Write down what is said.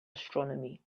astronomy